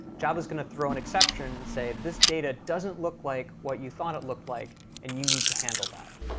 java is going to throw an exception and say, this data doesn't look like what you thought it looked like and you need to handle that.